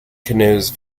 canoes